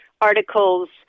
articles